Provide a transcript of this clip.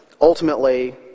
Ultimately